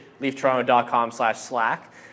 LeafToronto.com/slash/slack